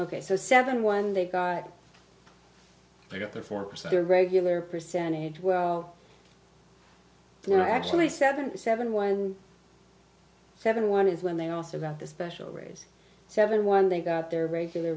ok so seven one they guy they got their forks their regular percentage well they're actually seven seven one seven one is when they also about the special raise seven one they got their regular